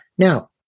Now